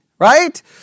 Right